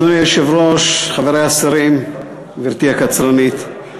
אדוני היושב-ראש, חברי השרים, גברתי הקצרנית,